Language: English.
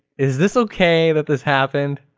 is this okay that this happened?